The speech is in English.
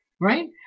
right